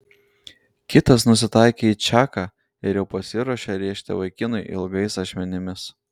kitas nusitaikė į čaką ir jau pasiruošė rėžti vaikinui ilgais ašmenimis